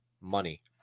Money